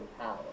power